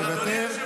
מוותר,